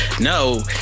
no